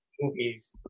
movies